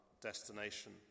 destination